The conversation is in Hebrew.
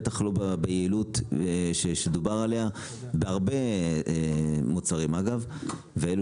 בטח לא ביעילות שדובר עליה בהרבה מוצרים אגב ואלו